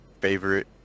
favorite